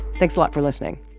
thanks a lot for listening